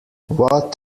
what